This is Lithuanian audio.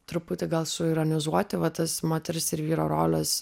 truputį gal suironizuoti va tas moters ir vyro roles